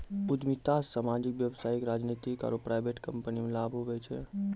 उद्यमिता से सामाजिक व्यवसायिक राजनीतिक आरु प्राइवेट कम्पनीमे लाभ हुवै छै